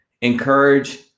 encourage